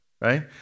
right